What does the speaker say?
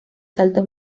saltos